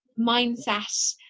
mindset